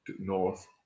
north